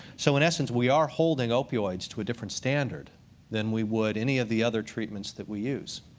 so in essence, we are holding opioids to a different standard than we would any of the other treatments that we use.